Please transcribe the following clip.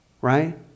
right